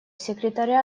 секретаря